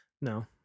No